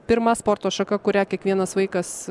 pirma sporto šaka kurią kiekvienas vaikas